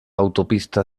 autopista